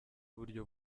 uburyo